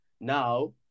Now